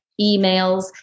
emails